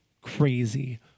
crazy